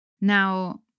Now